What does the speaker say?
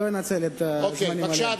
בבקשה.